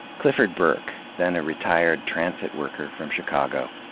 clifford burke, then a retired transit worker from chicago,